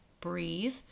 Breathe